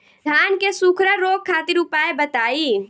धान के सुखड़ा रोग खातिर उपाय बताई?